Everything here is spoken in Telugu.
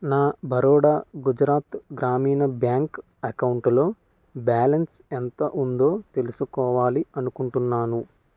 నా బరోడా గుజరాత్ గ్రామీణ బ్యాంక్ అకౌంట్లో బ్యాలన్స్ ఎంత ఉందో తెలుసుకోవాలి అనుకుంటున్నాను